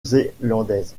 zélandaise